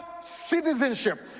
citizenship